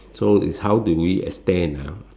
so is how do we extend ah